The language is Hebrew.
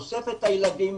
אוסף את הילדים,